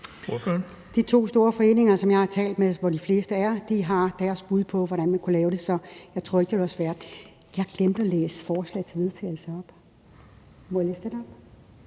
De to store foreninger, som jeg har talt med, hvor de fleste er, har deres bud på, hvordan man kunne lave det, så jeg tror ikke, det ville være svært. Jeg glemte at læse forslaget til vedtagelse op.